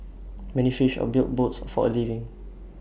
many fished or built boats for A living